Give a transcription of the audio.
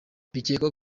bikekwa